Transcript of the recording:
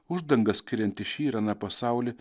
uždanga skirianti šį ir aną pasaulį